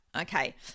Okay